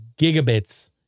gigabits